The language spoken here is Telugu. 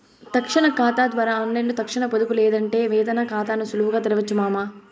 తక్షణ కాతా ద్వారా ఆన్లైన్లో తక్షణ పొదుపు లేదంటే వేతన కాతాని సులువుగా తెరవొచ్చు మామా